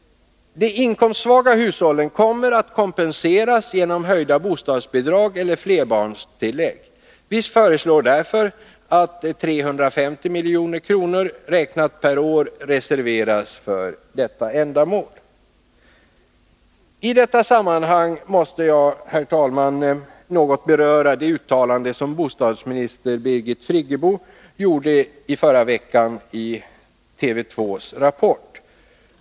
De inkomstsvaga hushållen kommer att kompenseras genom höjda bostadsbidrag eller flerbarnstillägg. Vi föreslår därför att 350 milj.kr., räknat per år, reserveras för ändamålet. I detta sammanhang måste jag, herr talman, något beröra det uttalande som bostadsminister Birgit Friggebo gjorde i förra veckan i TV 2:s Rapport.